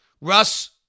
Russ